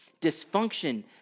Dysfunction